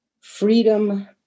freedom